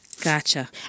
Gotcha